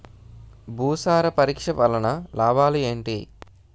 భూసార పరీక్ష వలన లాభాలు ఏంటి?